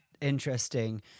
interesting